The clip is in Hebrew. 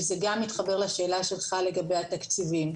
וזה גם מתחבר לשאלה שלך לגבי התקציבים.